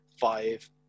five